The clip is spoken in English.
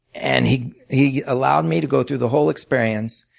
and he he allowed me to go through the whole experience.